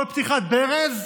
כל פתיחת ברז,